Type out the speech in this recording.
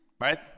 right